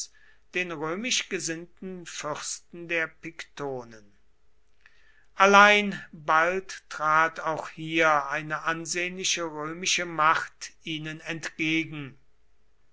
den römisch gesinnten fürsten der pictonen allein bald trat auch hier eine ansehnliche römische macht ihnen entgegen